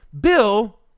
Bill